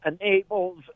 enables